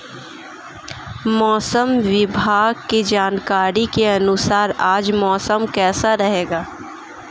मौसम विभाग की जानकारी के अनुसार आज मौसम कैसा रहेगा?